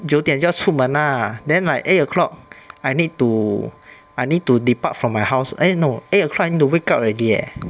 九点就要出门 lah then like eight o'clock I need to I need to depart from my house eh no eight o'clock I need to wake up already leh